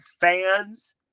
fans